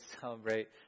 celebrate